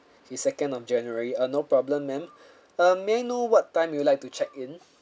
the second of january uh no problem ma'am uh may know what time you would like to check in